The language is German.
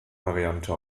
variante